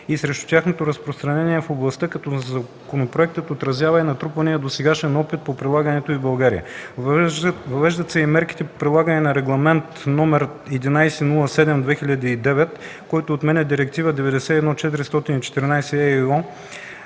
и срещу тяхното разпространение в Общността, като законопроектът отразява и натрупания досегашен опит по прилагането й в България. Въвеждат се и мерките по прилагане на Регламент (ЕО) № 1107/2009, който отменя Директива 91/414/ЕИО